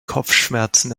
kopfschmerzen